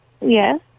Yes